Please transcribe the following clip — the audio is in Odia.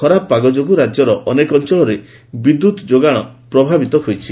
ଖରାପ ପାଗ ଯୋଗୁଁ ରାଜ୍ୟର ଅନେକ ଅଞ୍ଚଳରେ ବିଦ୍ୟୁତ୍ ଯୋଗାଣ ପ୍ରଭାବିତ ହୋଇଛି